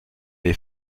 les